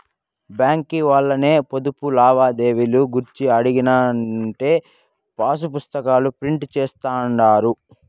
బాంకీ ఓల్లను పొదుపు లావాదేవీలు గూర్చి అడిగినానంటే పాసుపుస్తాకాల ప్రింట్ జేస్తుండారు